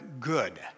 good